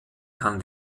kann